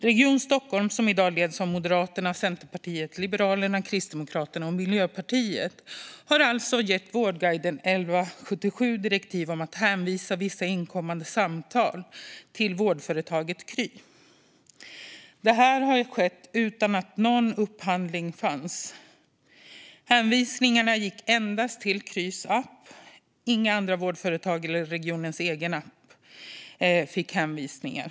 Region Stockholm, som i dag leds av Moderaterna, Centerpartiet, Liberalerna, Kristdemokraterna och Miljöpartiet, har alltså gett Vårdguiden 1177 direktiv om att hänvisa vissa inkommande samtal till vårdföretaget Kry. Detta utan att någon upphandling skett. Hänvisningarna gick endast till Krys app. Inga andra vårdföretag eller regionens egen app fick hänvisningar.